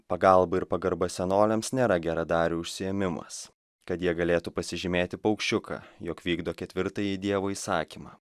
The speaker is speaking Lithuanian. pagalba ir pagarba senoliams nėra geradarių užsiėmimas kad jie galėtų pasižymėti paukščiuką jog vykdo ketvirtąjį dievo įsakymą